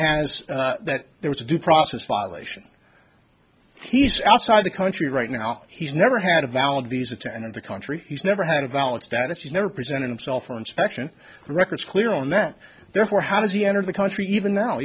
has that there was a due process violation he's outside the country right now he's never had a valid visa to enter the country he's never had a valid status he never presented himself or inspection records clear on that therefore how does he enter the country even